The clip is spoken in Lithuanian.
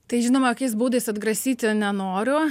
tai žinoma jokiais būdais atgrasyti nenoriu